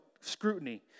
scrutiny